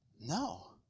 No